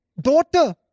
Daughter